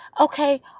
Okay